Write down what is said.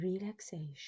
relaxation